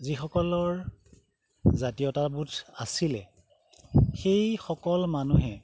যিসকলৰ জাতীয়তাবোধ আছিলে সেইসকল মানুহে